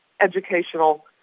educational